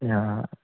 न